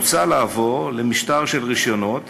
מוצע לעבור למשטר של רישיונות